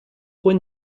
when